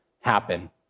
happen